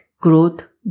Growth